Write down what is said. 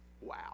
Wow